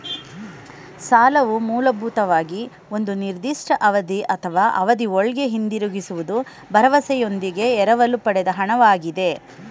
ಸಾಲವು ಮೂಲಭೂತವಾಗಿ ಒಂದು ನಿರ್ದಿಷ್ಟ ಅವಧಿ ಅಥವಾ ಅವಧಿಒಳ್ಗೆ ಹಿಂದಿರುಗಿಸುವ ಭರವಸೆಯೊಂದಿಗೆ ಎರವಲು ಪಡೆದ ಹಣ ವಾಗಿದೆ